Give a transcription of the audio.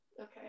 okay